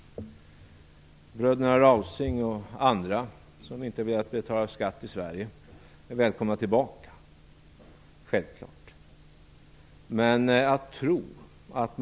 Bröderna Rausing och andra som inte velat betala skatt i Sverige är självklart välkomna tillbaka.